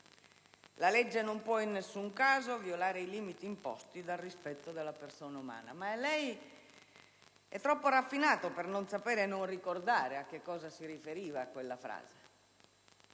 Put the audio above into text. «La legge non può in nessun caso violare i limiti imposti dal rispetto della persona umana». Ma lei, signor Presidente, è troppo raffinato per non sapere e non ricordare a cosa si riferiva quella frase